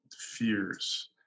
Fears